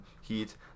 Heat